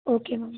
okay ma'am